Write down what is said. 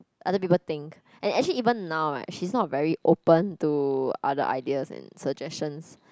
other people think and actually even now right she's not very open to other ideas and suggestions